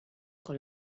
con